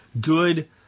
Good